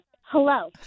Hello